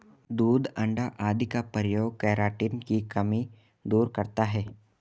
दूध अण्डा आदि का प्रयोग केराटिन की कमी दूर करता है